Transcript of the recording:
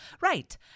Right